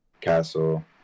Castle